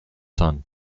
son